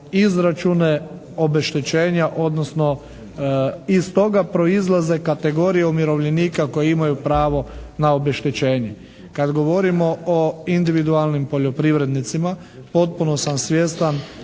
izračune obeštećenja odnosno iz toga proizlaze kategorije umirovljenika koje imaju pravo na obeštećenje. Kad govorimo o individualnim poljoprivrednicima potpuno sam svjestan